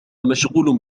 مشغول